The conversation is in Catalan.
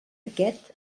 aquest